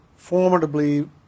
formidably